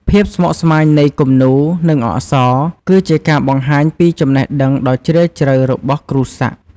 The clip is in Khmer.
ភាពស្មុគស្មាញនៃគំនូរ និងអក្សរ គឺជាការបង្ហាញពីចំណេះដឹងដ៏ជ្រាលជ្រៅរបស់គ្រូសាក់។